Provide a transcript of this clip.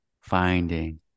finding